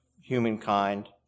humankind